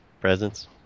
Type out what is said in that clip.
presents